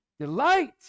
Delight